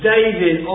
David